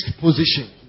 position